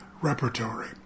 repertory